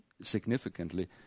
significantly